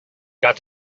got